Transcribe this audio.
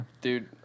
Dude